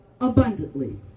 abundantly